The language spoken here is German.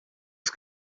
ist